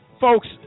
Folks